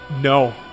No